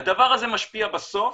הדבר הזה משפיע בסוף